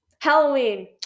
Halloween